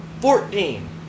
Fourteen